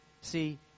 See